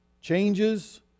Changes